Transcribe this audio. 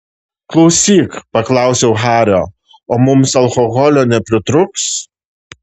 klausyk paklausiau hario o mums alkoholio nepritrūks